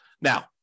Now